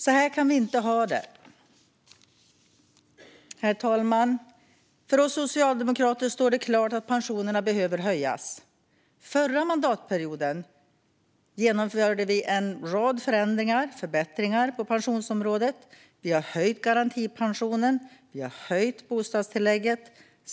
Så här kan vi inte ha det. Herr talman! För oss socialdemokrater står det klart att pensionerna behöver höjas. Förra mandatperioden genomförde vi en rad förändringar och förbättringar på pensionsområdet. Vi har höjt garantipensionen. Vi har höjt bostadstillägget.